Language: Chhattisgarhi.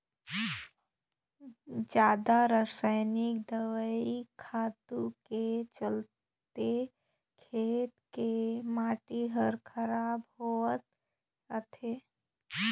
जादा रसायनिक दवई खातू के चलते खेत के माटी हर खराब होवत जात हे